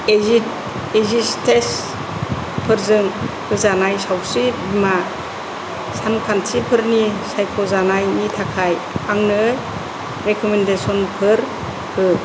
एजेन्सिफोरजों होजानाय सावस्रि बीमा सानथांखिफोर सायख'नायनि थाखाय आंनो रेकमेन्देसनफोर हो